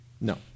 No